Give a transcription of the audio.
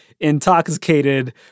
intoxicated